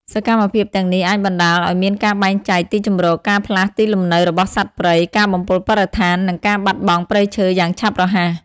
សកម្មភាពទាំងនេះអាចបណ្តាលឱ្យមានការបែងចែកទីជម្រក ការផ្លាស់ទីលំនៅរបស់សត្វព្រៃ ការបំពុលបរិស្ថាន និងការបាត់បង់ព្រៃឈើយ៉ាងឆាប់រហ័ស។